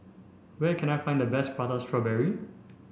where can I find the best prata strawberry